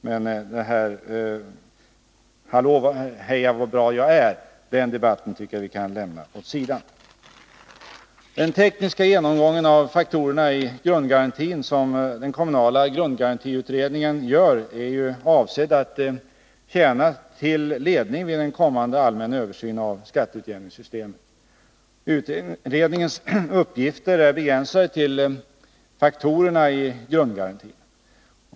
Och det här med ”heja vad bra jag är” — det tycker jag är en debatt som vi kan lämna åt sidan. Den tekniska genomgången av faktorerna i grundgarantin, som den kommunala grundgarantiutredningen gör, är avsedd att tjäna till ledning vid den kommande allmänna översynen av skatteutjämningssystemet. Utredningens uppgifter är begränsade till faktorer som gäller grundgarantin.